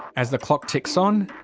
as the clock ticks on,